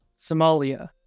Somalia